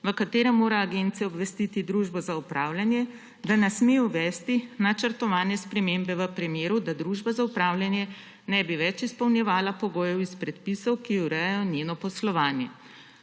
v katerem mora Agencija obvestiti družbo za upravljanje, da ne sme uvesti načrtovane spremembe v primeru, da družba za upravljanje ne bi več izpolnjevala pogojev iz predpisov, ki urejajo njeno poslovanje.